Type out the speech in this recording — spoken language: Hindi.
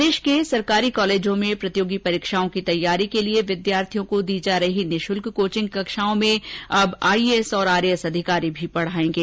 प्रदेश के सरकारी कॉलेजों में प्रतियोगी परीक्षाओं की तैयारी के लिए विद्यार्थियों को दी जा रही निशुल्क कोचिंग कक्षाओं में अब आईएएस और आरएएस अधिकारी भी पढाएंगे